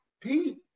Pete